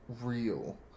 real